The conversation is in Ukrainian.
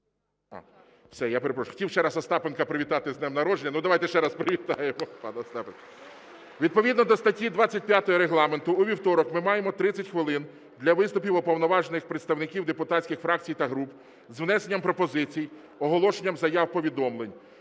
Перепрошую, хотів ще раз Остапенка привітати з днем народження. Ну давайте ще раз привітаємо пана Остапенка. Відповідно до статті 25 Регламенту у вівторок ми маємо 30 хвилин для виступів уповноважених представників депутатських фракцій та груп з внесенням пропозицій, оголошенням заяв, повідомлень.